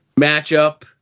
matchup